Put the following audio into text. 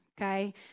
Okay